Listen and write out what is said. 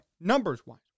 numbers-wise